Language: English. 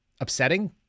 upsetting